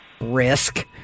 Risk